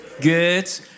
Good